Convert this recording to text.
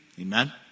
Amen